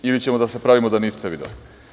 Ili ćemo da se pravimo da niste videli?